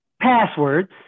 Passwords